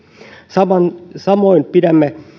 samoin samoin pidämme